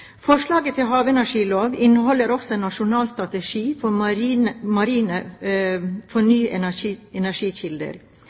Forslaget til havenergilov inneholder også en nasjonal strategi for marine